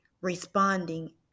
responding